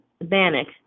Bannock